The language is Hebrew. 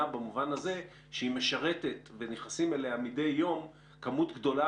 במובן הזה שהיא משרתת ונכנסת אליה מדי יום כמות גדולה,